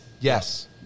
Yes